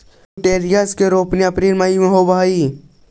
olitorius के रोपनी अप्रेल मई में होवऽ हई